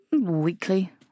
weekly